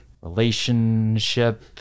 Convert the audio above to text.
relationship